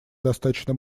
достаточно